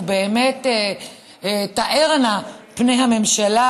ובאמת תארנה פני הממשלה,